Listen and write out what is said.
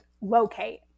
locate